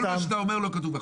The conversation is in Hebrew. כל מה שאתה אומר לא כתוב בחוק.